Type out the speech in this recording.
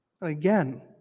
Again